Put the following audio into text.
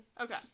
Okay